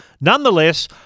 Nonetheless